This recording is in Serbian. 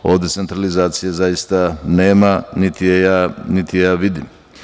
Ovde centralizacije zaista nema, niti je ja vidim.